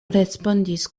respondis